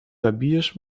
zbijesz